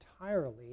entirely